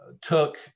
took